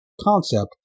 concept